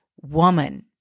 woman